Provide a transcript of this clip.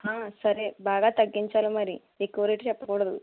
సరే బాగా తగ్గించాలి మరి ఎక్కువ రేటు చెప్పకూడదు